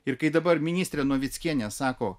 ir kai dabar ministrė novickienė sako